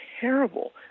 terrible